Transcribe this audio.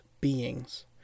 beings